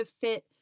fit